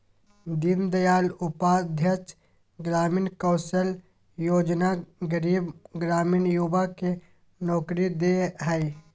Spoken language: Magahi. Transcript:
दीन दयाल उपाध्याय ग्रामीण कौशल्य योजना गरीब ग्रामीण युवा के नौकरी दे हइ